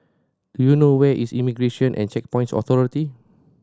do you know where is Immigration and Checkpoints Authority